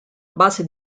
base